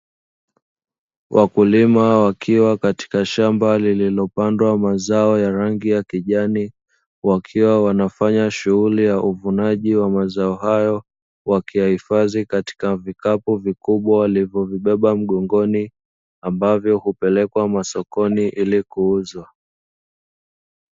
Wakulima wakiwa katika shamba lililopandwa mazao ya rangi ya kijani, wakiwa wanafanya shughuli ya uvunaji wa mazao hayo, wakiyahifadhi katika vikapu vikubwa walivyovibeba mgongoni, ambavyo hupelekwa masokoni ili kuuzwa.